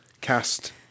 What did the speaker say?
cast